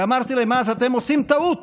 ואמרתי להם אז: אתם עושים טעות